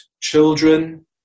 children